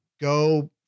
go